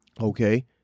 Okay